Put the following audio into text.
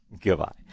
Goodbye